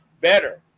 better